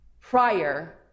prior